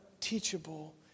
teachable